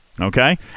Okay